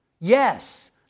Yes